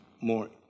more